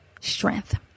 strength